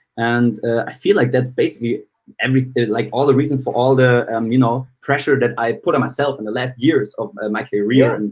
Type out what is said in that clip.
and i feel like that's basically like like all the reason for all the um you know pressure that i put on myself in the last years of my career. and